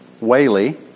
Whaley